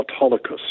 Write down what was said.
Autolycus